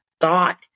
thought